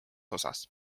osas